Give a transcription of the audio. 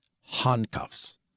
handcuffs